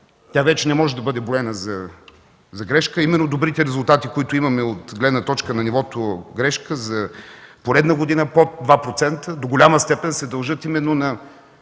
Тя не може вече да бъде броена за грешка. Добрите резултати, които имаме от гледна точка на ниво „грешка” за поредна година под 2%, до голяма степен се дължат на